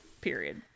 Period